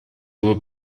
его